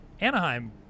Anaheim